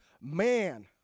man